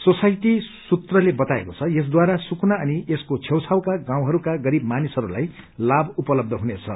society सूत्रले बताएको छ यसद्वारा सुकुना अनि यसको छेउ छाउका गाउँहरूका गरीब मानिसहरूलाई लाभ उपलबध हुनेछ